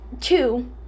two